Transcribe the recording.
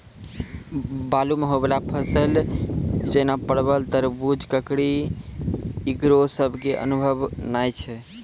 बालू मे होय वाला फसल जैना परबल, तरबूज, ककड़ी ईकरो सब के अनुभव नेय छै?